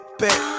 back